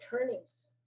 attorneys